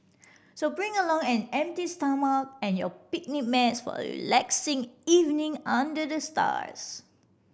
so bring along an empty stomach and your picnic mats for a relaxing evening under the stars